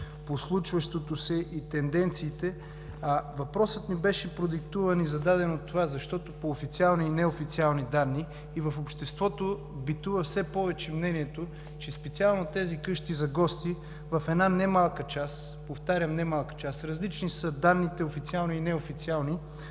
по случващото се и тенденциите. Въпросът ми беше продиктуван и зададен от това, защото по официални и неофициални данни и в обществото битува все повече мнението, че специално тези къщи за гости в една немалка част, повтарям – немалка част, различни са данните – официални и неофициални,